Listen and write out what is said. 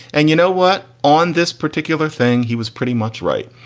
and you know what? on this particular thing, he was pretty much right.